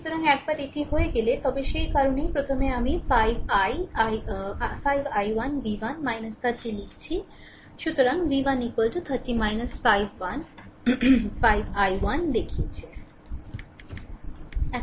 সুতরাং একবার এটি হয়ে গেলে তবে সেই কারণেই প্রথমে আমি 5 i 1 v1 30 লিখছি সুতরাং v1 30 5 i1 দেখিয়েছে